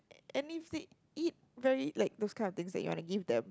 and if they eat very like those kind of things that you want to give them